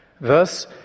Thus